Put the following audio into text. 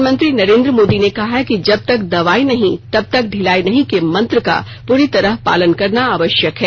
प्रधानमंत्री नरेन्द्र मोदी ने कहा है कि जब तक दवाई नहीं तब तक ढिलाई नहीं के मंत्र का पूरी तरह पालन करना आवश्यक है